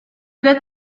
good